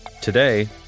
Today